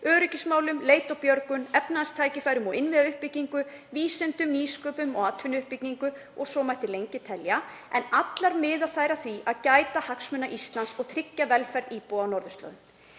öryggismálum, leit og björgun, efnahagstækifærum og innviðauppbyggingu, vísindum, nýsköpun, atvinnuuppbyggingu og svo mætti lengi telja. Allar miða þær að því að gæta hagsmuna Íslands og tryggja velferð íbúa á norðurslóðum.